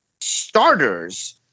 starters